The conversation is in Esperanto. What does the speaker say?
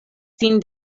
sin